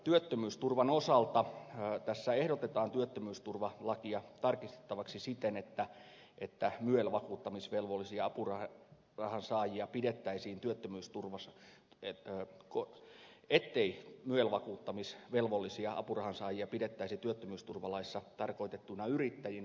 työttömyysturvan osalta tässä ehdotetaan työttömyysturvalakia tarkistettavaksi siten että että mölvakuuttamisvelvollisiaapurahan rahan saajia pidettäisiin työttömyysturvassa että koki ettei myel vakuuttamisvelvollisia apurahansaajia pidettäisi työttömyysturvalaissa tarkoitettuina yrittäjinä